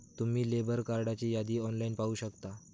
तुम्ही लेबर कार्डची यादी ऑनलाइन पाहू शकता